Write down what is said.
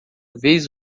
vez